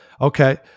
Okay